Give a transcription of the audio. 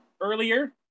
earlier